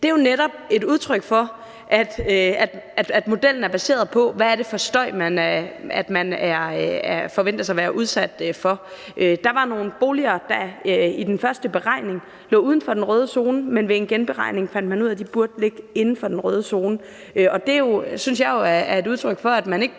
det jo netop et udtryk for, at modellen er baseret på, hvad det er for noget støj, man forventes at være udsat for. Der var nogle boliger, der i den første beregning lå uden for den røde zone, men ved en genberegning fandt man ud af, at de burde ligge inden for den røde zone. Det synes jeg jo er et udtryk for, at man ikke bare